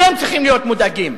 אתם צריכים להיות מודאגים.